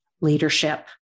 leadership